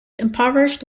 impoverished